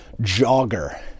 jogger